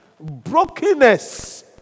brokenness